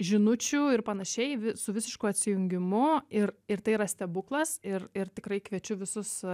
žinučių ir panašiai su visišku atsijungimu ir ir tai yra stebuklas ir ir tikrai kviečiu visus